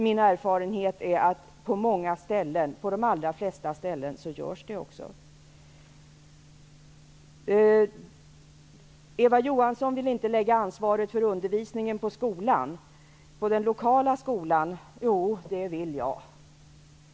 Min erfarenhet är att man gör så på de allra flesta håll. Eva Johansson vill inte lägga ansvaret för undervisningen på den lokala skolan. Men det vill jag.